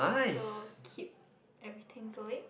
so keep everything going